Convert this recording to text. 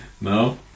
No